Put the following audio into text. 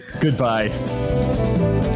goodbye